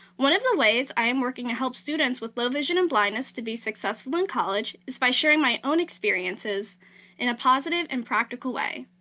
one of the ways i am working to help students with low vision and blindness to be successful in college is by sharing my own experiences in a positive and practical way.